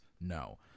No